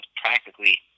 practically –